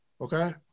Okay